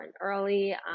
early